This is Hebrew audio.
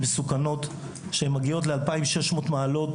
קודם כל בהיבט של החינוך וההסברה זה חונה אצל כולנו,